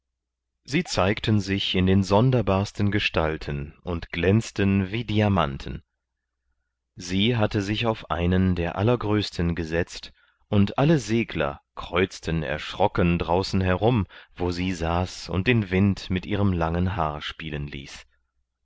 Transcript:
sie zeigten sich in den sonderbarsten gestalten und glänzten wie diamanten sie hatte sich auf einen der allergrößten gesetzt und alle segler kreuzten erschrocken draußen herum wo sie saß und den wind mit ihrem langen haar spielen ließ